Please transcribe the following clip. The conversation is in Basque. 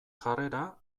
jarrera